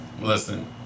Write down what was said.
Listen